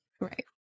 Right